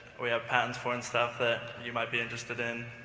we have patents for and stuff that you might be interested in,